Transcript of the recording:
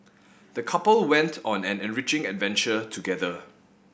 the couple went on an enriching adventure together